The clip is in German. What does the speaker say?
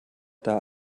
der